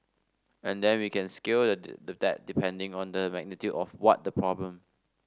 and then we can scale that depending on the magnitude of what the problem